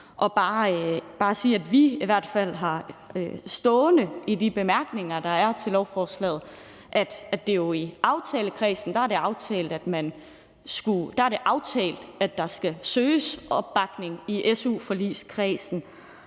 har stående i de bemærkninger, der er til lovforslaget, at det jo er aftalt i aftalekredsen, at der skal søges opbakning i su-forligskredsen.